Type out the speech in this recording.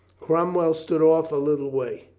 cromwell stood off a little way.